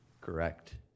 Correct